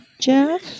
Jeff